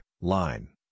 line